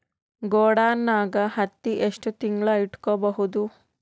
ಗೊಡಾನ ನಾಗ್ ಹತ್ತಿ ಎಷ್ಟು ತಿಂಗಳ ಇಟ್ಕೊ ಬಹುದು?